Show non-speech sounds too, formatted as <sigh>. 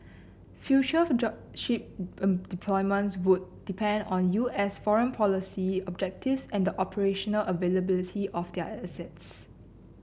future of job ship <unintelligible> deployments would depend on U S foreign policy objectives and the operational availability of our assets